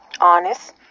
honest